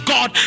God